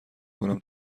کنم